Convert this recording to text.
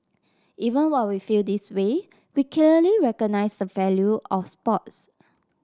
even while we feel this way we clearly recognise the value of sports